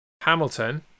Hamilton